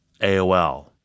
AOL